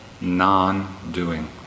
non-doing